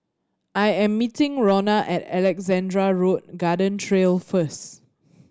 I am meeting Rhona at Alexandra Road Garden Trail first